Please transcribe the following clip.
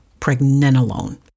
pregnenolone